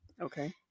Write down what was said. Okay